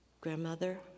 Grandmother